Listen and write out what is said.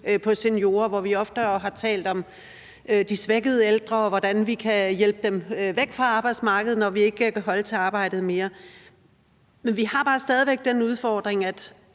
på seniorer. Vi har oftere talt om de svækkede ældre, og hvordan vi kan hjælpe dem væk fra arbejdsmarkedet, når de ikke kan holde til at arbejde mere. Men vi har bare stadig væk den udfordring,